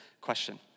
question